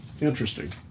Interesting